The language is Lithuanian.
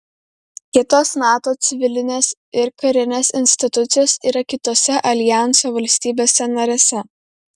kitos nato civilinės ir karinės institucijos yra kitose aljanso valstybėse narėse